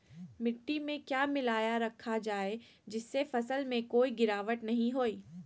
मिट्टी में क्या मिलाया रखा जाए जिससे फसल में कोई गिरावट नहीं होई?